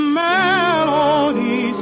melody